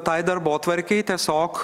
tai darbotvarkei tiesiog